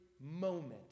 moment